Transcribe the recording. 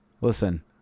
Listen